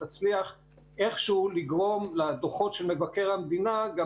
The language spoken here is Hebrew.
תצליח איכשהו לגרום לדוחות מבקר המדינה גם